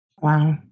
Wow